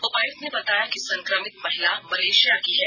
उपायुक्त ने बताया कि संक्रमित महिला मलेषिया की है